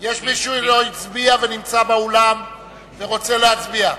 יש מישהו שלא הצביע ונמצא באולם ורוצה להצביע?